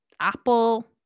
apple